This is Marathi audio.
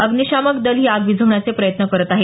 अग्निशामक दल ही आग विझवण्याचे प्रयत्न करत आहे